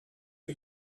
for